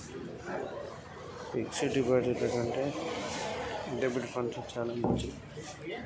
Fix డ్ డిపాజిట్ల కంటే డెబిట్ ఫండ్స్ మంచివా?